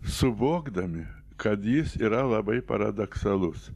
suvokdami kad jis yra labai paradoksalus